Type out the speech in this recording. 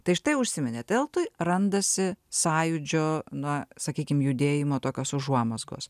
tai štai užsiminėt eltoj randasi sąjūdžio na sakykim judėjimo tokios užuomazgos